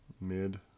Mid